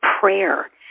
prayer